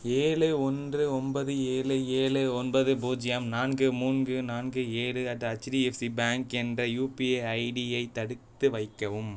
ஏழு ஒன்று ஒன்பது ஏழு ஏழு ஒன்பது பூஜ்ஜியம் நான்கு மூங்கு நான்கு ஏழு அட் ஹச்டிஎஃப்சி பேங்க் என்ற யூபிஐ ஐடியை தடுத்து வைக்கவும்